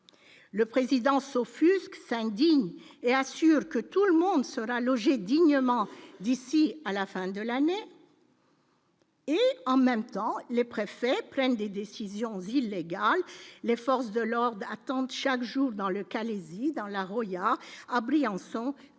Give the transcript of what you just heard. le président sauf lorsque indigne et assure que tout le monde sera logé dignement, d'ici à la fin de l'année. Et en même temps, les préfets prennent des décisions illégales, les forces de l'ordre attendent chaque jour dans le Calaisis dans la reliant à Briançon, à la